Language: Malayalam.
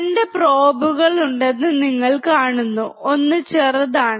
2 പ്രോബക്ക്ളുണ്ടെന്ന് നിങ്ങൾ കാണുന്നു ഒന്ന് ചെറുതാണ്